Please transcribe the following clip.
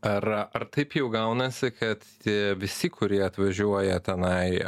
ar ar taip jau gaunasi kad tie visi kurie atvažiuoja tenai